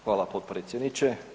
Hvala potpredsjedniče.